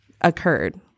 occurred